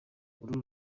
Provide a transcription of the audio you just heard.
uru